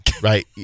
right